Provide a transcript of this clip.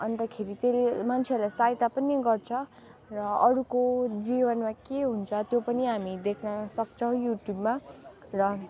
अन्तखेरि फेरि मान्छेहरूलाई सहायता पनि गर्छ र अरूको जीवनमा के हुन्छ त्यो पनि हामी देख्नसक्छौँ युट्युबमा र